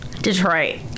Detroit